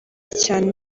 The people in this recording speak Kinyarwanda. cyane